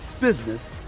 business